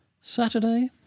Saturday